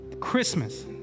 Christmas